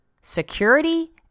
security